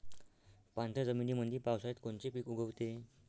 पाणथळ जमीनीमंदी पावसाळ्यात कोनचे पिक उगवते?